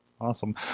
Awesome